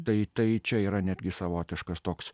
tai tai čia yra netgi savotiškas toks